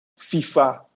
FIFA